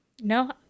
No